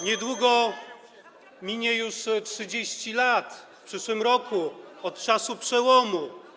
Niedługo minie już 30 lat - w przyszłym roku - od czasu przełomu.